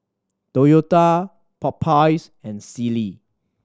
Toyota Popeyes and Sealy